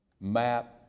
map